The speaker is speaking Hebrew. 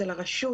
אצל הרשות